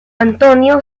antonio